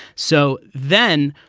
so then